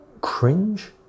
cringe